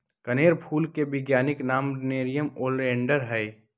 कनेर फूल के वैज्ञानिक नाम नेरियम ओलिएंडर हई